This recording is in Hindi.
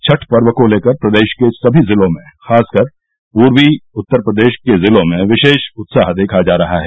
छठ पर्व को लेकर प्रदेश के सभी जिलों में खास कर पूर्वी उत्तर प्रदेश के जिलों में विशेष उत्साह देखा जा रहा है